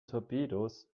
torpedos